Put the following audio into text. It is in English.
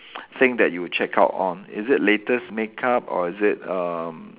thing that you will check out on is it latest makeup or is it um